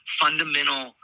fundamental